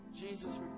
Jesus